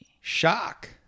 Shock